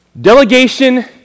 delegation